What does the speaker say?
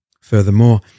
Furthermore